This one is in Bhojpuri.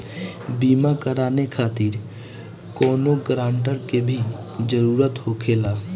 बीमा कराने खातिर कौनो ग्रानटर के भी जरूरत होखे ला?